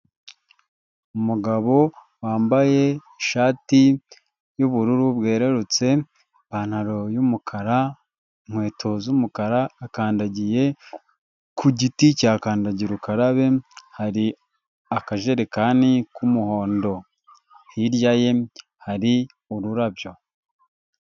Umugabo wambaye ishati y'ubururu bwerurutse, ipantaro y'umukara, inkweto z'umukara, akandagiye ku giti cya kandagira ukarabe, hari akajerekani k'umuhondo. Hirya ye hari ururabyo.